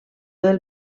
del